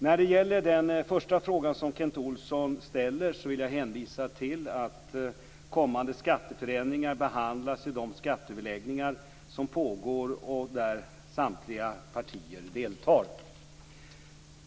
När det gäller den första frågan som Kent Olsson ställer vill jag hänvisa till att kommande skatteförändringar behandlas i de skatteöverläggningar som pågår och där samtliga partier deltar.